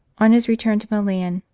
on his return to milan,